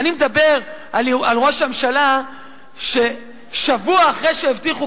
אני מדבר על ראש הממשלה ששבוע אחרי שהבטיחו